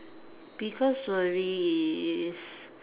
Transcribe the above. biggest worry is